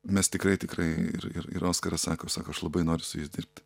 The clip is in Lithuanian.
mes tikrai tikrai ir ir ir oskaras sako sako aš labai noriu su jais dirbti